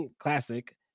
classic